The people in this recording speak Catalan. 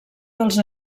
dels